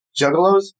Juggalos